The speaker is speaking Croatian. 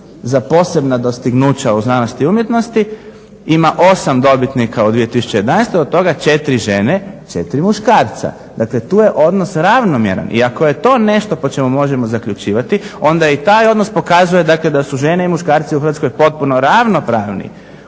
za posebna dostignuća u znanosti i umjetnosti ima 8 dobitnika u 2011. od toga 4 žene, 4 muškarca. Dakle tu je odnos ravnomjeran. I ako je to nešto po čemu možemo zaključivati onda i taj odnos pokazuje da su žene i muškarci u Hrvatskoj potpuno ravnopravni